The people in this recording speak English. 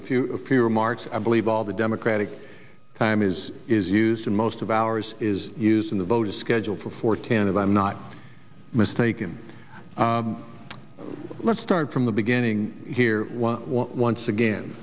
a few a few remarks i believe all the democratic time is is used in most of ours is used in the vote is scheduled for fourteen and i'm not mistaken let's start from the beginning here once again